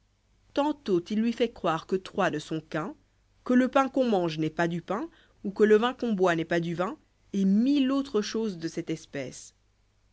tantôt il lui fait croire que trois ne sont qu'un que le pain qu'on mange n'est pas du pain ou que le vin qu'on boit n'est pas du vin et mille autres choses de cette espèce